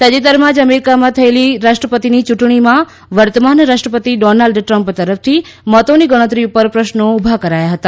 તાજેતરમાં જ અમેરિકામાં થયેલી રાષ્ટ્રપતિની યૂંટણીમાં વર્તમાન રાષ્ટ્રપતિ ડોનાલ્ડ ટ્રમ્પ તરફથી મતોની ગણતરી ઉપર પ્રશ્નો ઉભા કરાયા હતા